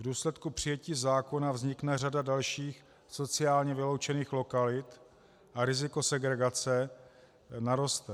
V důsledku přijetí zákona vznikne řada dalších sociálně vyloučených lokalit a riziko segregace naroste.